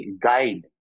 guide